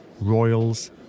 Royals